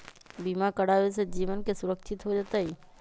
बीमा करावे से जीवन के सुरक्षित हो जतई?